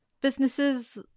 businesses